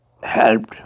helped